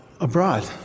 abroad